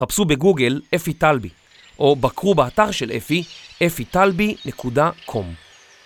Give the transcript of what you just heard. ‫חפשו בגוגל אפי טלבי, ‫או בקרו באתר של אפי, ‫afitalbi.com.